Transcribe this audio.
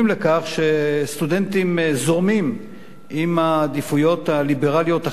שסטודנטים זורמים עם העדיפויות הליברליות החדשות